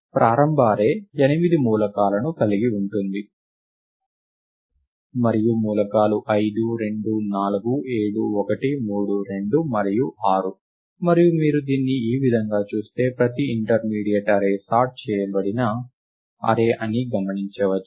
ప్రారంభ అర్రే ఎనిమిది మూలకాలను కలిగి ఉంటుంది మరియు మూలకాలు 5 2 4 7 1 3 2 మరియు 6 మరియు మీరు దీన్ని ఈ విధంగా చూస్తే ప్రతి ఇంటర్మీడియట్ అర్రే సార్ట్ చేయబడిన అర్రే అని గమనించవచ్చు